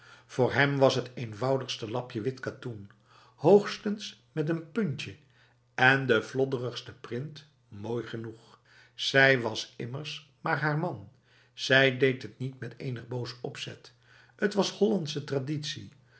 voor hem was t eenvoudigste lapje wit katoen hoogstens met n puntje en de flodderigste print mooi genoeg hij was immers maar haar man zij deed het niet met enig boos opzet t was haar hollandse traditie